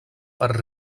per